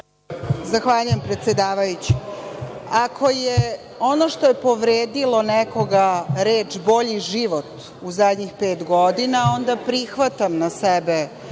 Zahvaljujem predsedavajući. Ako je ono što je povredilo nekoga, reči – bolji život u zadnjih pet godina, onda prihvatam na sebe